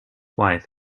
wife